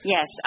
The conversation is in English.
Yes